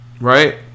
right